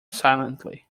silently